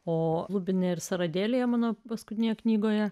o lubinai seradėlė mano paskutinėje knygoje